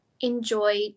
enjoy